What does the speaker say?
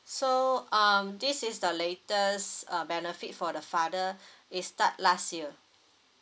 so um this is the latest uh benefit for the father is start last year